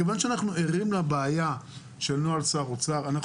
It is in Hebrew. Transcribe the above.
מכיוון שאנחנו ערים לבעיה של נוהל שר אוצר אנחנו